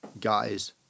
guys